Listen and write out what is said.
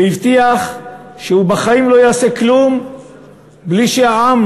והבטיח שהוא בחיים לא יעשה כלום בלי שהעם,